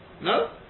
no